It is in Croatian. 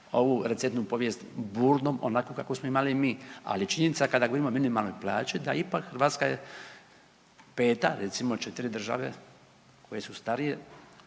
ovu recentnu povijest burnu onako kako smo imali mi. Ali je činjenica kada govorimo o minimalnoj plaći da ipak Hrvatska je 5., recimo 4 države koje su starije